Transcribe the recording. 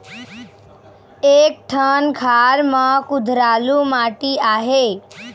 एक ठन खार म कुधरालू माटी आहे?